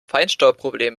feinstaubproblem